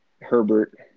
Herbert